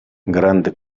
grande